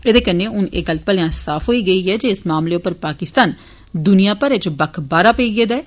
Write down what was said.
एहदे कन्नै हून एह् गल्ल भलेआं साफ होई गेई ऐ जे इस मामले उप्पर पाकिस्तान दुनिया भरै च बक्ख बाहर पेई गेदा ऐ